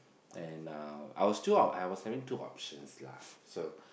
and I was two I was having two options lah so